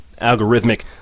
algorithmic